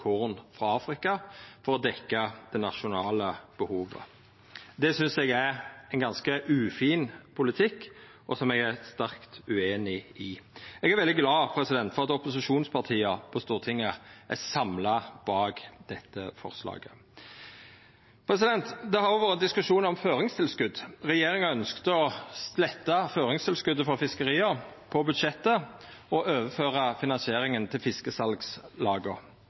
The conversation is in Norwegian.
korn frå Afrika for å dekkja det nasjonale behovet. Det synest eg er ein ganske ufin politikk, som eg er sterkt ueinig i. Eg er veldig glad for at opposisjonspartia på Stortinget er samla bak dette forslaget. Det har òg vore ein diskusjon om føringstilskot. Regjeringa ønskte å sletta føringstilskotet for fiskeria på budsjettet og overføra finansieringa til fiskesalslaga.